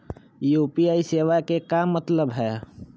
UPI सेवा के का मतलब है?